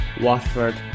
Watford